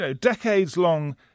decades-long